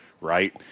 Right